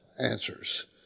answers